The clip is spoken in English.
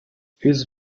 his